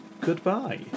Goodbye